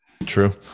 true